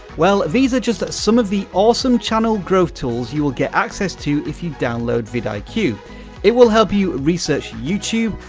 well, these are just some of the awesome channel growth tools you will get access to if you download vidiq. it will help you research youtube,